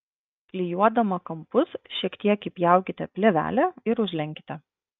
klijuodama kampus šiek tiek įpjaukite plėvelę ir užlenkite